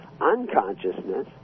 unconsciousness